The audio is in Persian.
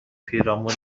پیرامون